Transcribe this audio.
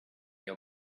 your